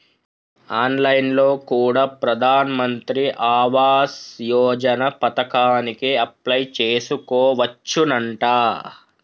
on line లో కూడా ప్రధాన్ మంత్రి ఆవాస్ యోజన పథకానికి అప్లై చేసుకోవచ్చునంట